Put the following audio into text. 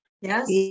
Yes